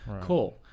cool